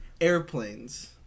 airplanes